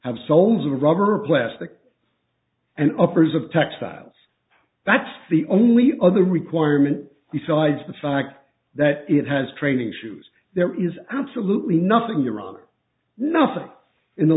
sones a rubber or plastic and offers of textiles that's the only other requirement besides the fact that it has training shoes there is absolutely nothing your honor nothing in the